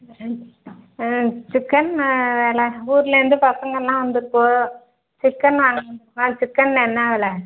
chicken விலை ஊர்லேருந்து பசங்கெலாம் வந்திருக்குவோ சிக்கன் வாங்கணுமா சிக்கன் என்ன விலை